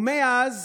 ומאז